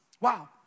Wow